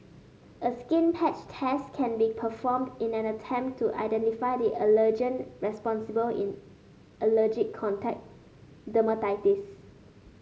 a skin patch test can be performed in an attempt to identify the allergen responsible in allergic contact dermatitis